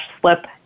slip